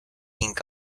ink